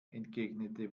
entgegnete